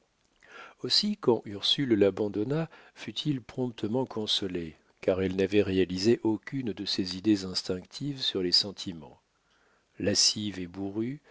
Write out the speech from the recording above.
aussi quand ursule l'abandonna fut-il promptement consolé car elle n'avait réalisé aucune de ses idées instinctives sur les sentiments lascive et bourrue